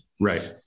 right